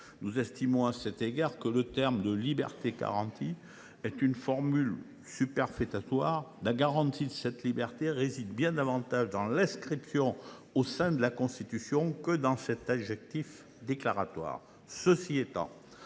Nous estimons, à cet égard, que le terme de « liberté garantie » est une formule superfétatoire. La garantie de cette liberté réside bien davantage dans l’inscription au sein de la Constitution que dans cet adjectif déclaratoire. Cela étant,